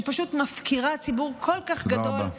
שפשוט מפקירה ציבור כל כך גדול,